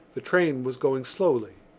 the train was going slowly.